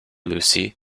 lucy